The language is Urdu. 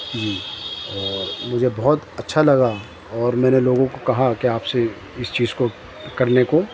جی اور مجھے بہت اچھا لگا اور میں نے لوگوں کو کہا کہ آپ سے اس چیز کو کرنے کو